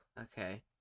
Okay